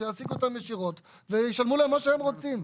שיעסיקו אותם ישירות וישלמו להם מה שהם רוצים.